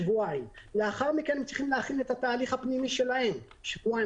שבועיים; לאחר מכן הם צריכים להכין את התהליך הפנימי שלהם - שבועיים.